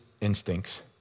instincts